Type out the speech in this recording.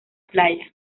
playa